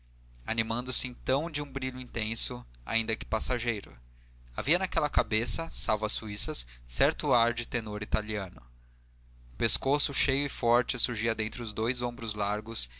lábios animando se então de um brilho intenso ainda que passageiro havia naquela cabeça salvo as suíças certo ar de tenor italiano o pescoço cheio e forte surgia dentre dois ombros largos